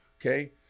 okay